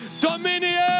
dominion